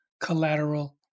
collateral